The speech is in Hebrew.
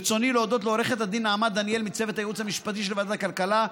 ברצוני להודות לעו"ד נעמה דניאל מצוות הייעוץ המשפטי של ועדת הכלכלה,